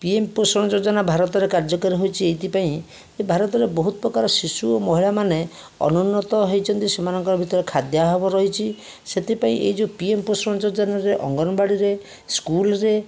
P M ପୋଷଣ ଯୋଜନା ଭାରତରେ କାର୍ଯ୍ୟକାରୀ ହୋଇଛି ଏହିଥିପାଇଁ ଭାରତରେ ବହୁତ ପ୍ରକାର ଶିଶୁ ଓ ମହିଳାମାନେ ଅନ୍ନୁନତ ହୋଇଛନ୍ତି ସେମାନଙ୍କର ଭିତରେ ଖାଦ୍ୟାଭାବ ରହିଛି ସେଥିପାଇଁ ଏହି ଯେଉଁ ପି ଏମ୍ ପୋଷଣ ଯୋଜନାରେ ଅଙ୍ଗନବାଡ଼ିରେ ସ୍କୁଲରେ